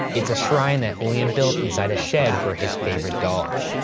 it's a shrine that julian built inside a shed for his favorite dolls,